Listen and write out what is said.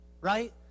right